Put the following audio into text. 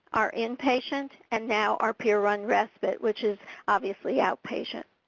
our inpatients and now our peer run respite which is obviously outpatient.